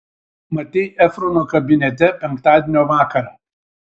matei efrono kabinete penktadienio vakarą